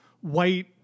white